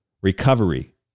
recovery